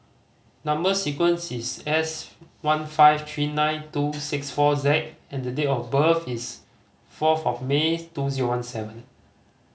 number sequence is S one five three nine two six four Z and the date of birth is fourth of May two zero one seven